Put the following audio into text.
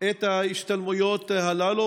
את ההשתלמויות הללו,